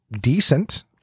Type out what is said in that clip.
decent